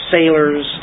Sailors